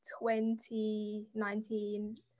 2019